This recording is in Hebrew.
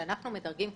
כשאנחנו מדרגים קבוצה,